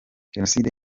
jenoside